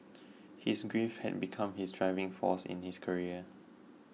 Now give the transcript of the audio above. his grief had become his driving force in his career